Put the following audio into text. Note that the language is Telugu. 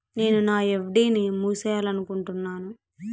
నేను నా ఎఫ్.డి ని మూసేయాలనుకుంటున్నాను